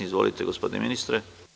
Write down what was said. Izvolite, gospodine ministre.